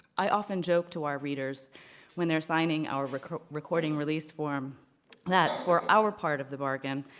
i often joke to our readers when they're signing our recording release form that for our part of the bargain,